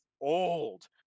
old